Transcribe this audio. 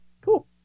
cool